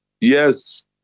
Yes